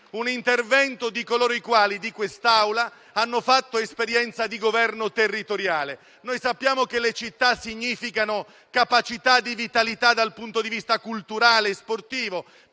un intervento di coloro i quali, di quest'Assemblea, hanno fatto esperienza di governo territoriale. Sappiamo che le città significano capacità di vitalità dal punto di vista culturale e sportivo.